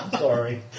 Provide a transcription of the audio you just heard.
Sorry